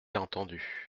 entendu